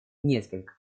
несколько